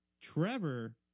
Trevor